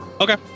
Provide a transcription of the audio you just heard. Okay